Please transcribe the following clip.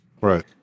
Right